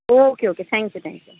okay okay thank thank you